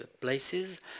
places